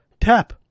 tap